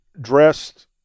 dressed